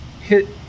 hit